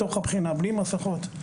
בתוך הבחינה בלי מסכות.